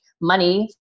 money